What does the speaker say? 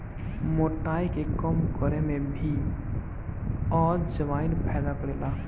मोटाई के कम करे में भी अजवाईन फायदा करेला